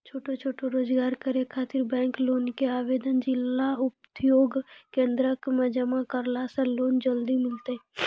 छोटो छोटो रोजगार करै ख़ातिर बैंक लोन के आवेदन जिला उद्योग केन्द्रऽक मे जमा करला से लोन जल्दी मिलतै?